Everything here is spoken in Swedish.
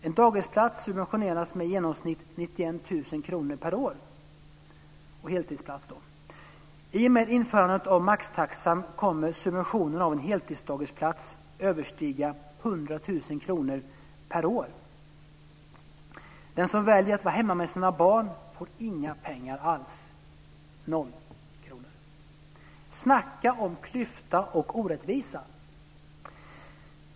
En heltidsdagisplats subventioneras med i genomsnitt 91 000 kr per år. I och med införandet av maxtaxan kommer subventionerna av en heltidsdagisplats att överstiga 100 000 kr per år. Den som väljer att vara hemma med sina barn får inga pengar alls - noll kronor. Snacka om klyfta och orättvisa!